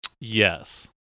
yes